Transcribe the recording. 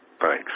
Thanks